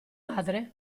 madre